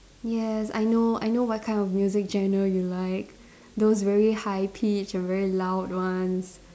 yes I know I know what kind of music genre you like those very high pitch and very loud ones